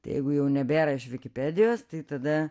tai jeigu jau nebėra iš vikipedijos tai tada